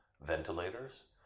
ventilators